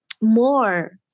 more